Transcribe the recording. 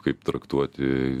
kaip traktuoti